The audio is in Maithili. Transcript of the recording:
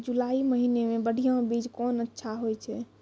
जुलाई महीने मे बढ़िया बीज कौन अच्छा होय छै?